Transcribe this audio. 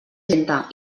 lenta